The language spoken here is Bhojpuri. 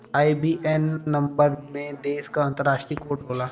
आई.बी.ए.एन नंबर में देश क अंतरराष्ट्रीय कोड होला